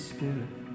Spirit